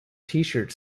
tshirt